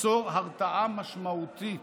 ייצור "הרתעה משמעותית"